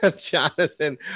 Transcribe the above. Jonathan